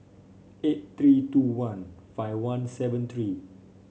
eight three two one five one seven three